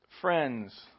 friends